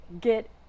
get